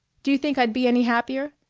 do you think i'd be any happier?